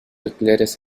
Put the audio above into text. alquileres